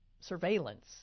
Surveillance